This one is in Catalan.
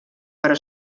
però